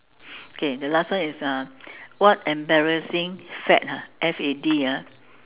okay the last one is uh what embarrassing fad !huh! F A D ah